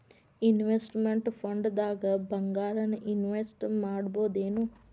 Investment ಫಂಡ್ದಾಗ್ ಭಂಗಾರಾನ invest ಮಾಡ್ಬೊದೇನು?